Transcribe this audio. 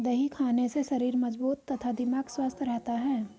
दही खाने से शरीर मजबूत तथा दिमाग स्वस्थ रहता है